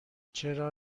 چرا